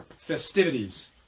festivities